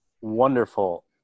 wonderful